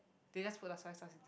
they just put the soy sauce inside